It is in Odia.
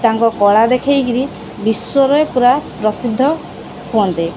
ତାଙ୍କ କଳା ଦେଖେଇକିରି ବିଶ୍ୱରେ ପୁରା ପ୍ରସିଦ୍ଧ ହୁଅନ୍ତେ